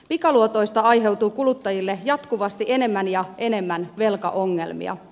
pikaluotoista aiheutuu kuluttajille jatkuvasti enemmän ja enemmän velkaongelmia